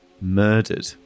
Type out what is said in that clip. murdered